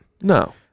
No